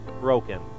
broken